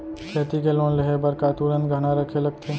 खेती के लोन लेहे बर का तुरंत गहना रखे लगथे?